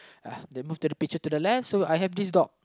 ah they move to the picture to the left so I have this dog